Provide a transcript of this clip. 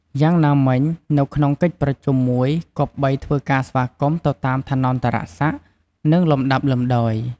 យ៉ាងណាមិញ នៅក្នុងកិច្ចប្រជុំមួយ គប្បីធ្វើការស្វាគមន៍ទៅតាមឋានន្តរសក្តិ និងលំដាប់លំដោយ។